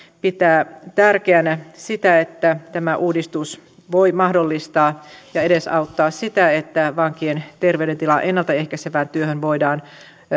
pitää tärkeänä sitä että tämä uudistus voi mahdollistaa ja edesauttaa sitä että vankien terveydentilan ennalta ehkäisevään työhön voidaan